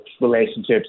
relationships